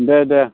दे दे